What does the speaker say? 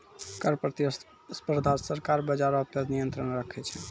कर प्रतिस्पर्धा से सरकार बजारो पे नियंत्रण राखै छै